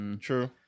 True